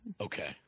Okay